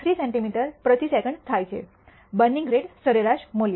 3 centimetre પ્રતિ second થાય છે બર્નિંગ રેટ સરેરાશ મૂલ્ય